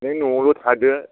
नों न'आवल' थादो